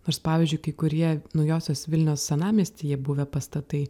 nors pavyzdžiui kai kurie naujosios vilnios senamiestyje buvę pastatai